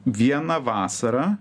vieną vasarą